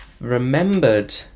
remembered